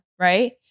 right